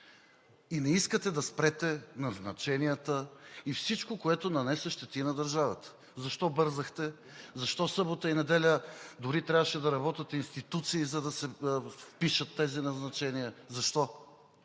и не искате да спрете назначенията и всичко, което нанесе щети на държавата. Защо бързахте? Защо в събота и неделя дори трябваше да работят институции, за да се впишат тези назначения? Защо?!